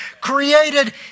created